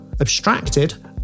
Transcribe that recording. abstracted